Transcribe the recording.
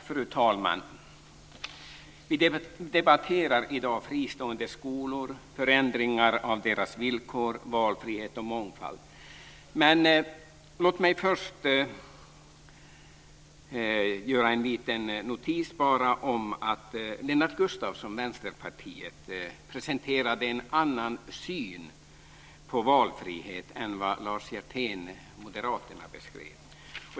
Fru talman! Vi debatterar i dag fristående skolor, förändringar av deras villkor, valfrihet och mångfald. Låt mig först notera något. Lennart Gustavsson, Vänsterpartiet, presenterade en annan syn på valfrihet än den som Lars Hjertén, Moderaterna, beskrev.